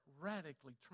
radically